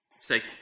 Say